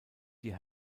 die